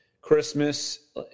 Christmas